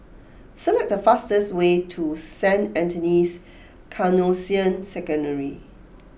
select the fastest way to Saint Anthony's Canossian Secondary